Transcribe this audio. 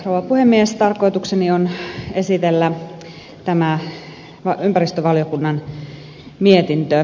tarkoitukseni on esitellä tämä ympäristövaliokunnan mietintö